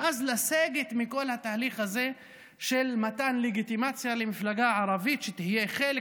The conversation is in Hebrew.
ואז לסגת מכל התהליך הזה של מתן לגיטימציה למפלגה ערבית שתהיה חלק